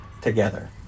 together